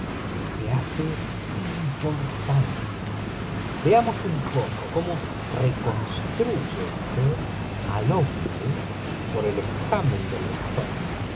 se hace importante veamos un poco cómo reconstruye usted ai hombre por el examen del bastón